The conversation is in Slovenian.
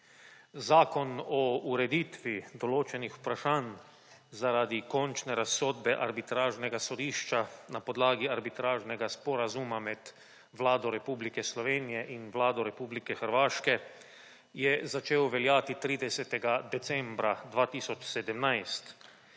Zakon o ureditvi določenih vprašanj zaradi končne razsodbe arbitražnega sodišča na podlagi Arbitražnega sporazuma med Vlado Republike Slovenije in Vlado Republike Hrvaške je začel veljati 30. decembra 2017.